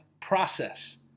process